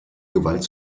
gewalt